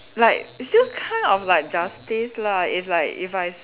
like still kind of like justice lah is like if I